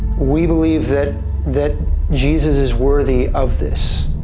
we believe that that jesus is worthy of this,